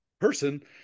person